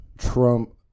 Trump